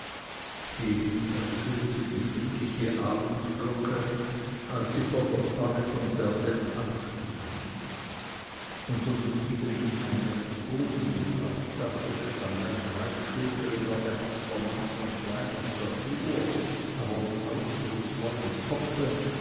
eben ertönte die friedliche abendglocke als sie vor der pfarre von berbenn abstiegen unter dem niedrigen eingangsbogen des laubdaches stand ein breitschultriger ernster mann von kleiner statur aber mit ausdrucksvollem kopfe